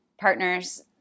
partner's